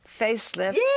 facelift